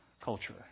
culture